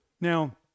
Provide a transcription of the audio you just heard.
Now